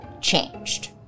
changed